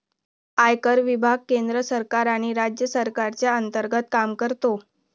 आयकर विभाग केंद्र सरकार आणि राज्य सरकारच्या अंतर्गत काम करतो